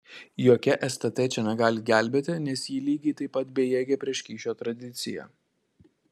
jokia stt čia negali gelbėti nes ji lygiai taip pat bejėgė prieš kyšio tradiciją